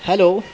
hello